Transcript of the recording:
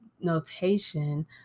notation